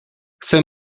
chcę